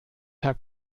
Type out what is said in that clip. herr